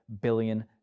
billion